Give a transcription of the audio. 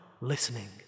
listening